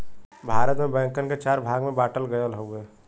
भारत में बैंकन के चार भाग में बांटल गयल हउवे